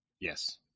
Yes